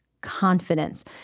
confidence